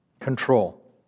Control